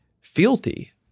fealty